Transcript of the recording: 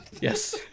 Yes